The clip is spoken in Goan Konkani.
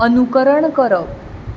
अनुकरण करप